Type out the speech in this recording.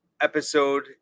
episode